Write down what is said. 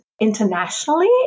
internationally